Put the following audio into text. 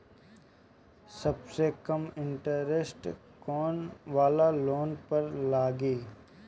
सबसे कम इन्टरेस्ट कोउन वाला लोन पर लागी?